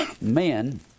men